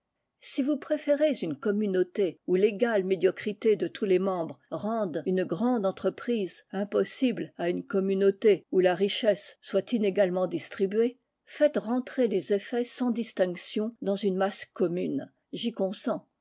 si vous préférez une communauté où l'égale médiocrité de tous les membres rende une grande entreprise impossible à une communauté où la richesse soit inégalement distribuée faites rentrer les effets sans distinction dans une masse commune j'y consens